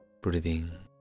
breathing